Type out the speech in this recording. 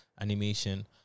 animation